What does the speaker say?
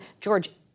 George